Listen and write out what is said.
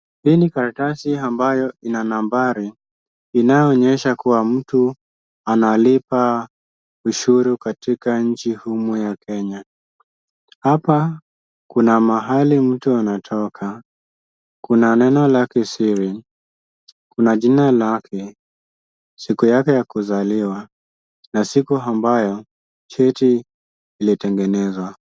Hii ni karatasi ambayo ina nambari inayoonyesha kuwa mtu analipa ushuru katika nchi humu ya Kenya. Hapa kuna mahali mtu anatoka, kuna neno la kisiri, kuna jina lake, siku yake ya kuzaliwa, na siku ambayo cheti kilitengenezwa.